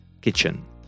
kitchen